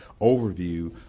overview